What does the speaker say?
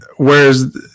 Whereas